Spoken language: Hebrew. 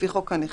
לפי חוק הנכים,